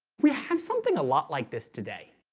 we have something a lot like this today,